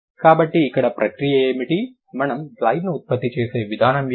కాబట్టి ఇక్కడ ప్రక్రియ ఏమిటి మనము గ్లైడ్ను ఉత్పత్తి చేసే విధానం ఏమిటి